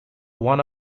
one